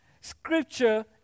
Scripture